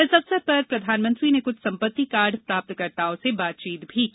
इस अवसर पर प्रधानमंत्री ने कुछ सम्पत्ति कार्ड प्राप्तकर्ताओं से बातचीत भी की